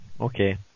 okay